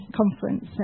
conference